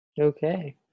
Okay